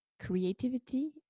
Creativity